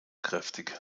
kräftig